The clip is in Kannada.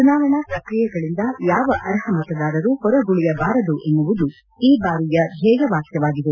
ಚುನಾವಣಾ ಪ್ರಕ್ರಿಯೆಗಳಿಂದ ಯಾವ ಅರ್ಹ ಮತದಾರರೂ ಹೊರಗುಳಿಯಬಾರದು ಎನ್ನುವುದು ಈ ಬಾರಿಯ ಧ್ಯೇಯ ವಾಕ್ಯವಾಗಿದೆ